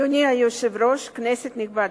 אדוני היושב-ראש, כנסת נכבדה,